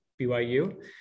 BYU